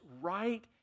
right